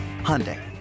Hyundai